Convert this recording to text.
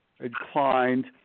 inclined